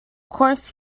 course